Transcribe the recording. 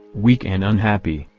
weak and unhappy,